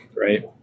right